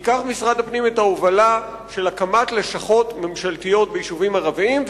ייקח משרד הפנים את ההובלה של הקמת לשכות ממשלתיות ביישובים ערביים,